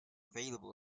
available